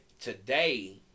today